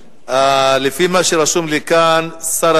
לפי מה שרשום לי כאן, שר